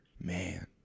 man